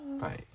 Bye